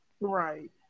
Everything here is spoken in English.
Right